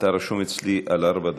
שאתה רשום אצלי לארבע דקות.